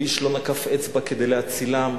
ואיש לא נקף אצבע כדי להצילם.